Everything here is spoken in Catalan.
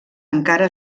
encara